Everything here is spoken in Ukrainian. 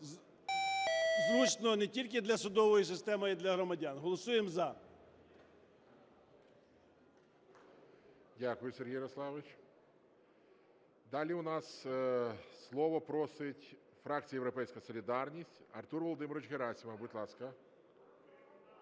зручно не тільки для судової системи, а і для громадян. Голосуємо "за". ГОЛОВУЮЧИЙ. Дякую, Сергій Ярославович. Далі у нас слово просить фракція "Європейська солідарність" Артур Володимирович Герасимов, будь ласка.